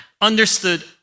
Understood